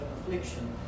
affliction